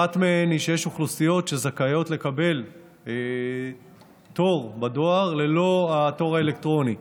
אחת מהן היא שיש אוכלוסיות שזכאיות לקבל תור בדואר ללא התור אלקטרוני,